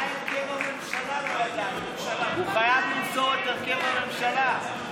הוא חייב למסור את הרכב הממשלה.